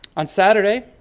on saturday,